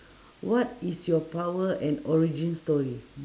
what is your power and origin story